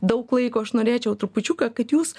daug laiko aš norėčiau trupučiuką kad jūs